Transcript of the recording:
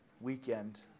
weekend